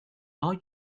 are